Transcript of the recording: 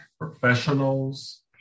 professionals